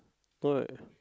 no right